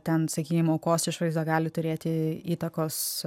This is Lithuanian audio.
ten sakykime aukos išvaizda gali turėti įtakos